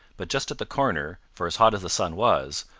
but just at the corner, for as hot as the sun was,